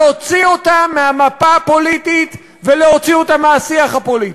להוציא אותם מהמפה הפוליטית ולהוציא אותם מהשיח הפוליטי,